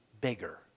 bigger